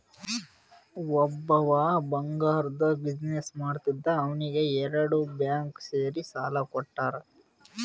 ಒಬ್ಬವ್ ಬಂಗಾರ್ದು ಬಿಸಿನ್ನೆಸ್ ಮಾಡ್ತಿದ್ದ ಅವ್ನಿಗ ಎರಡು ಬ್ಯಾಂಕ್ ಸೇರಿ ಸಾಲಾ ಕೊಟ್ಟಾರ್